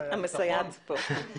--- המסייעת פה.